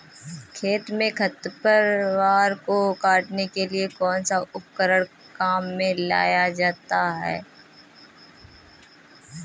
खेत में खरपतवार को काटने के लिए कौनसा उपकरण काम में लिया जाता है?